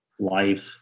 life